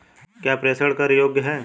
क्या प्रेषण कर योग्य हैं?